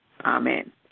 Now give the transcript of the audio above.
Amen